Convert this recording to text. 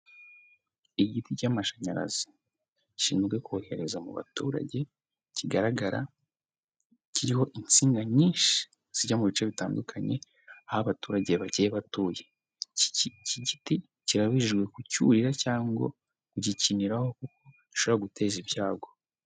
Igiti cy'amashanyarazi gishinzwe kohereza mu baturage, kigaragara kiriho insinga nyinshi zijya mu bice bitandukanye, aho abaturage bagiye batuye, iki giti kirabujijwe kucyurira cyangwa kugikiniraho kuko gishobora guteza ibyago.